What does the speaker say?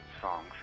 songs